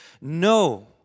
No